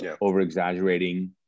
over-exaggerating